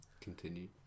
continue